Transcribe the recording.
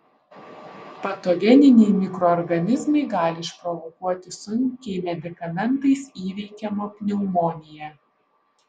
patogeniniai mikroorganizmai gali išprovokuoti sunkiai medikamentais įveikiamą pneumoniją